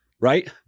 Right